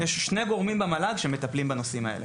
יש שני גורמים במל"ג שמטפלים בנושאים האלה.